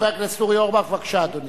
חבר הכנסת אורי אורבך, בבקשה, אדוני.